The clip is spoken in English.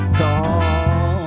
call